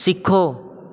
ਸਿੱਖੋ